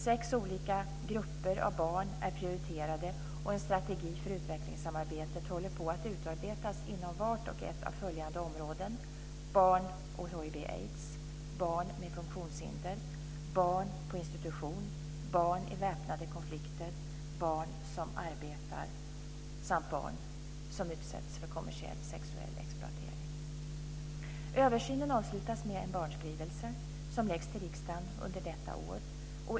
Sex olika grupper av barn är prioriterade, och en strategi för utvecklingssamarbetet håller på att utarbetas inom vart och ett av följande områden: barn och hiv/aids, barn med funktionshinder, barn på institution, barn i väpnade konflikter, barn som arbetar samt barn som utsätts för kommersiell sexuell exploatering. Översynen avslutas med en barnskrivelse som läggs fram för riksdagen under detta år.